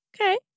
okay